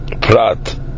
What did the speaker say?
prat